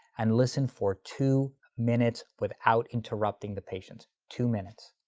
and listen for two minutes without interrupting the patient, two minutes.